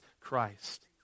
Christ